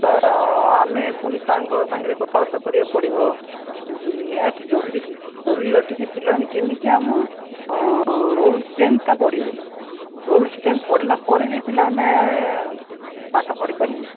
ତା'ର ଆମେ ପୁଣି ସାରଙ୍କ ସାଙ୍ଗରେ କଥାବାର୍ତ୍ତା କରିବାକୁ ପଡ଼ିବ ନିହାତି ଜରୁରୀ ଜରୁରୀ ଅଟେ ଯେ ପିଲାମାନେ କେମିତି ଆମ ରୋଲ୍ ଷ୍ଟ୍ରେନ୍ଥ୍ଟା ବଢ଼ିବ ରୋଲ୍ ଷ୍ଟ୍ରେନ୍ଥ୍ଟା ବଢ଼ିଲାପରେ ଯାଇ ପିଲାମାନେ ପାଠପଢ଼ିପାରିବେ